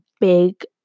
big